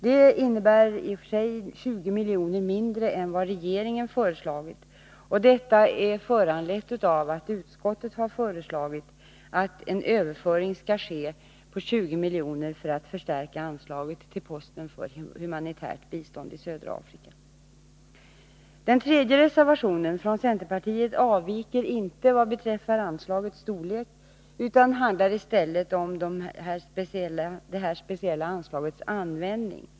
Det innebär i och för sig 20 miljoner mindre än vad regeringen föreslagit, och detta är föranlett av att utskottet har föreslagit en överföring av 20 miljoner för att förstärka anslaget till posten för humanitärt bistånd i södra Afrika. Den tredje reservationen, från centerpartiet, avviker inte vad beträffar anslagets storlek utan handlar i stället om det här speciella anslagets användning.